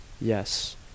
Yes